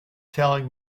telling